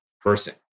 person